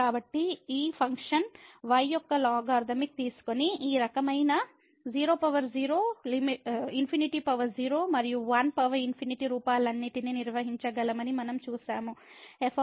కాబట్టి ఈ function y యొక్క లాగరిథమిక్ తీసుకొని ఈ రకమైన 00 ∞0 మరియు 1∞ రూపాలన్నింటినీ నిర్వహించగలమని మనం చూశాము